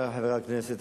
חברי חברי הכנסת,